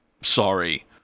Sorry